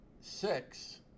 six